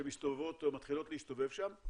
שמתחילות להסתובב שם,